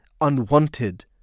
unwanted